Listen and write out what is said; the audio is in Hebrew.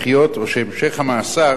לחיות או שהמשך המאסר